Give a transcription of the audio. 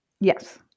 Yes